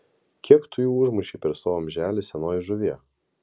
kiek tu jų užmušei per savo amželį senoji žuvie